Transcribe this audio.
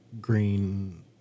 green